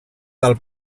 del